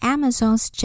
Amazon's